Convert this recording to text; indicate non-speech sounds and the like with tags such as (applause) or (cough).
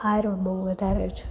(unintelligible) બહુ વધારે છે